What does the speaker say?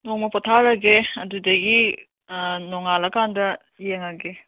ꯅꯣꯡꯃ ꯄꯣꯊꯥꯔꯒꯦ ꯑꯗꯨꯗꯒꯤ ꯅꯣꯡꯉꯥꯜꯂ ꯀꯥꯟꯗ ꯌꯦꯡꯉꯒꯦ